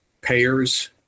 payers